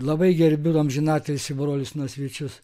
labai gerbiu amžinatilsį brolius nasvyčius